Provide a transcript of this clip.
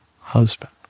husband